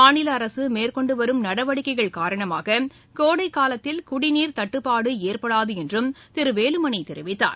மாநில அரசு மேற்கொண்டுவரும் நடவடிக்கைகள் காரணமாக கோடைக் காலத்தில் குடிநீர் தட்டுப்பாடு ஏற்படாது என்றும் திரு வேலுமணி தெரிவித்தார்